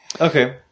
Okay